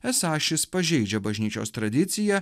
esą šis pažeidžia bažnyčios tradiciją